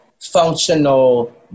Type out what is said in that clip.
functional